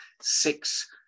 six